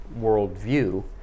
worldview